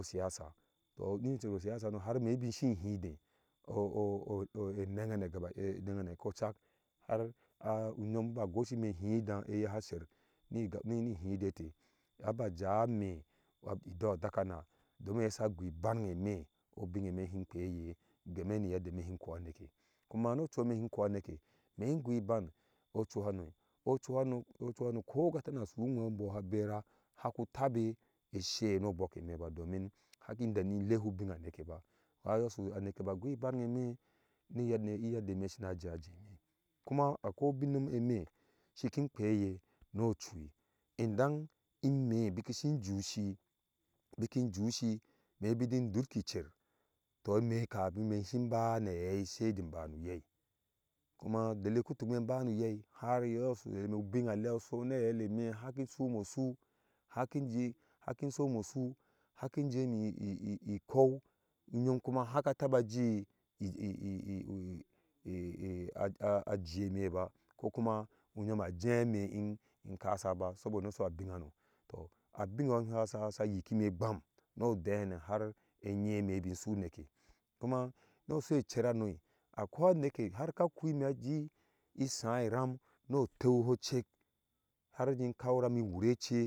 Osiyasa toni cer osiyasa hano har imɛ bisi enanghane gaba ɛnangahne ko cak har a unyonu ba gosime hideh yeha ser ni hide tɛɛ aba jame ido adaka naah doi yea guibange me obingeme si kpeye game nu yedde me si koh aneke kuma nu ɔchui me si koh ga tana su unweh ɛboh sa bera haku tabe ɛseye nu ɔbokeme ba domin haki deni lehe ubina neke ba har ya su aneke ba sina jeajei me kuma okoi ubin nyom eme siki kpeye no ocui idang ime biki si ju shi bikiju shi me biji durki ce tɔɔ ime kam in me sin bana hai saidi ba nu uyɛ kuma dalili ye kutukime ba nu uyɛ har yo so ubinalɛa so na helemi haki su mosuhaki sumosu haki jemi ikou unyom kuma haka taba aji ajieme ba koku ma unyom ajieme ni kasaba sobo no su abinhano tɔɔ abinne yo yom sasa yiki me gbam nu odehna har ime bisu neke kuma nusu cer hano a koi aneke harka kui ime aji saa ram no tew ho cek har ji kawi ram wurɔɔ ɛce.